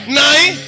nine